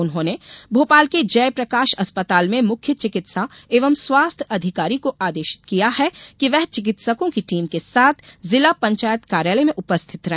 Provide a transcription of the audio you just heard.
उन्होंने भोपाल के जय प्रकाश अस्पताल में मुख्य चिकित्सा एवं स्वास्थ्य अधिकारी को आदेशित किया है कि वह चिकित्सकों की टीम के साथ जिला पंचायत कार्यालय में उपस्थित रहे